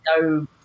no